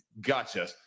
gotcha